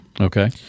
Okay